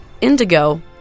indigo